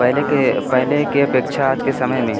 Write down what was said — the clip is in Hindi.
पहले के पहले की अपेक्षा आज के समय में